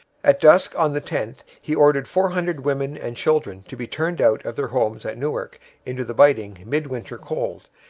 at dusk on the tenth he ordered four hundred women and children to be turned out of their homes at newark into the biting midwinter cold,